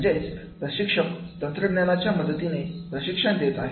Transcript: म्हणजेच प्रशिक्षक तंत्रज्ञानाच्या मदतीनेच प्रशिक्षण देत आहेत